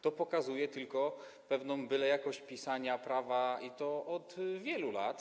To pokazuje tylko pewną bylejakość pisania prawa, i to od wielu lat.